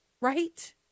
Right